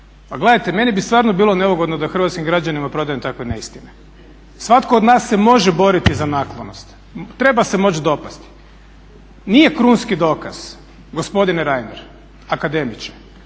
gledajte meni bi stvarno bilo neugodno da hrvatskim građanima prodajem takve neistine. Svatko od nas se može boriti za naklonost, treba se moći dopasti. Nije krunski dokaz, gospodine Reiner, akademiče,